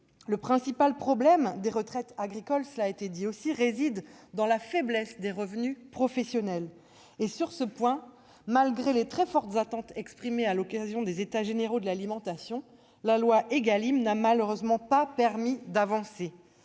Le principal problème des retraites agricoles réside dans la faiblesse des revenus professionnels. Sur ce point, malgré les très fortes attentes exprimées à l'occasion des états généraux de l'alimentation, la loi Égalim n'a malheureusement pas permis d'avancer.